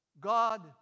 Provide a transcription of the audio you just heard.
God